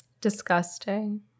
Disgusting